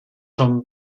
from